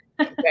Okay